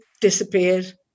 disappeared